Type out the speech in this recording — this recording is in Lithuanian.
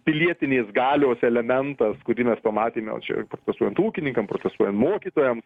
pilietinės galios elementas kurį mes pamatėme čia protestuojant ūkininkam protestuojant mokytojam